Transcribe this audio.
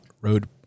road